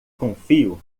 confio